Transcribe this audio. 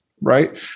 right